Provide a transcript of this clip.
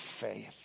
faith